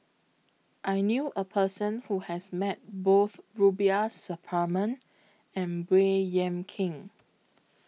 I knew A Person Who has Met Both Rubiah Suparman and Baey Yam Keng